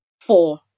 Four